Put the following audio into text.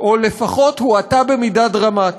או לפחות הואטה במידה דרמטית,